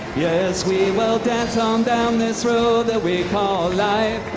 yes we will dance on down this road that we call life.